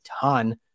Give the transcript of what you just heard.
ton